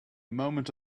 moment